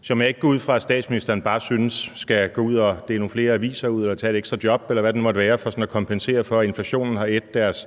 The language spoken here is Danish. som jeg ikke går ud fra at statsministeren bare synes skal gå ud og dele nogle flere aviser ud og tage et ekstra job, eller hvad det nu måtte være, for sådan at kompensere for, at inflationen har ædt deres